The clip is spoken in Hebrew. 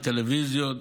בטלוויזיות,